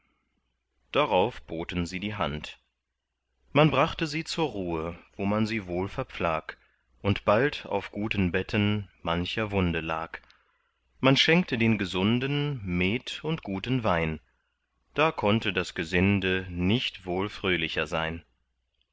darauf boten sie die hand man brachte sie zur ruhe wo man sie wohl verpflag und bald auf guten betten mancher wunde lag man schenkte den gesunden met und guten wein da konnte das gesinde nicht wohl fröhlicher sein